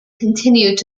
continued